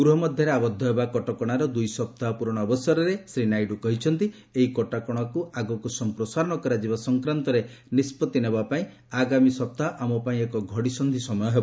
ଗୃହ ମଧ୍ୟରେ ଆବଦ୍ଧ ହେବା କଟକଶାର ଦୁଇ ସପ୍ତାହ ପ୍ରରଣ ଅବସରରେ ଶ୍ରୀ ନାଇଡୁ କହିଛନ୍ତି ଏହି କଟକଣାକୁ ଆଗକୁ ସମ୍ପ୍ରସାରଣ କରାଯିବା ସଂକ୍ରାନ୍ତରେ ନିଷ୍କଭି ନେବା ପାଇଁ ଆଗାମୀ ସପ୍ତାହ ଆମ ପାଇଁ ଏକ ଘଡ଼ିସନ୍ଧି ସମୟ ହେବ